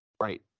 right